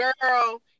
girl